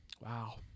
Wow